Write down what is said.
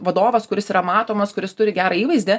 vadovas kuris yra matomas kuris turi gerą įvaizdį